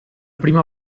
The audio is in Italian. prima